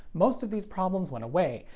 most of these problems went away,